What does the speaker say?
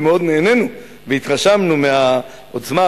ומאוד נהנינו והתרשמנו מהעוצמה,